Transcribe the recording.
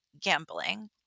gambling